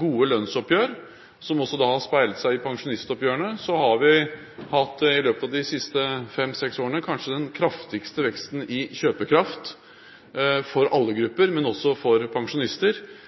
gode lønnsoppgjør som også har gjenspeilet seg i pensjonistoppgjørene, er at vi i løpet av de siste fem–seks årene har hatt den kanskje kraftigste veksten i kjøpekraft for alle grupper – også for pensjonister.